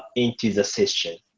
into the session?